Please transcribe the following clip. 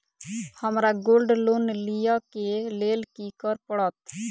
हमरा gold loan लिय केँ लेल की करऽ पड़त?